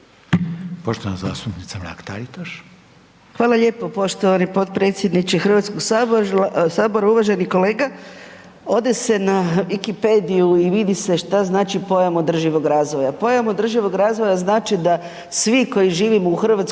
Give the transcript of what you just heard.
poštovane zastupnice Mrak Taritaš.